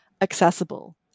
accessible